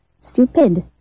Stupid